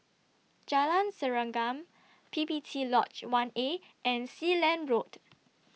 Jalan Serengam P P T Lodge one A and Sealand Road